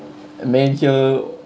major